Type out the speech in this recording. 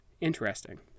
interesting